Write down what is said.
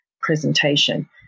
presentation